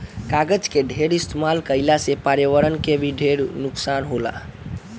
कागज के ढेर इस्तमाल कईला से पर्यावरण के ढेर नुकसान होला